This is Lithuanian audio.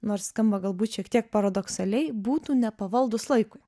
nors skamba galbūt šiek tiek paradoksaliai būtų nepavaldūs laikui